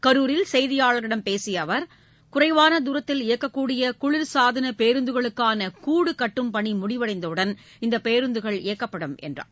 கரூரில் செய்தியாளா்களிடம் பேசிய அவா் குறைவான தூரத்தில் இயக்கக்கூடிய குளிாசாதன பேருந்துகளுக்கான கூடு கட்டும் பணி முடிந்தவுடன் இந்த பேருந்துகள் இயக்கப்படும் என்றார்